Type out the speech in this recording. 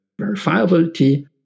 verifiability